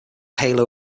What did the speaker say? halo